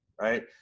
right